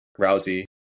Rousey